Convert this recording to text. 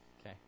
okay